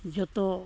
ᱡᱚᱛᱚ